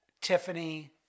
Tiffany